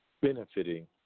benefiting